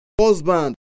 Husband